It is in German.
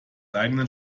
eigenen